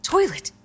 toilet